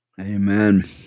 Amen